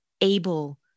able